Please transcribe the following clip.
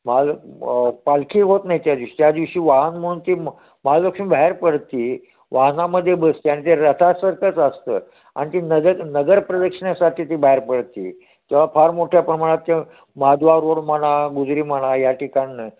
माल पालखी होत नाही त्या दिवशी त्या दिवशी वाहन म्हणून ती मग महालक्ष्मी बाहेर पडते वाहनामध्ये बसते आणि ते रथासारखंच असतं आणि ती नजर नगर प्रदक्षिणेसाठी ती बाहेर पडते तेव्हा फार मोठ्या प्रमाणात ते महाद्वार रोड म्हणा गुजरी म्हणा या ठिकाणं